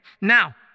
now